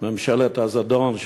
ממשלת הזדון,